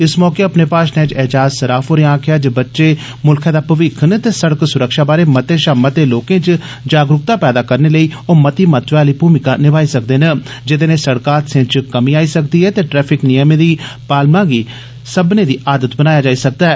इस मौके अपने भाशणै च एजाज सराफ होरे आक्खेआ जे बच्चें मुल्खै दा भविक्ख न ते सड़क सुरक्षा बारै मते षा मते लोकें च जागरुक्ता पैदा करने लेई ओ मती महत्वै आली भूमिका अदा करी सकदे न जेदे नै सड़क हादसें च कमी आई सकदी ऐ ते ट्रैफिक नियमें दी पालमा गी सब्बनें दी आदत बनाया जाई सकदा ऐ